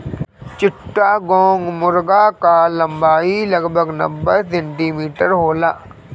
चिट्टागोंग मुर्गा कअ लंबाई लगभग नब्बे सेंटीमीटर होला